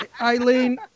Eileen